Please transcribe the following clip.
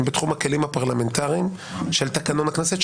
הוא בתחום הכלים הפרלמנטריים של תקנון הכנסת,